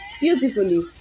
beautifully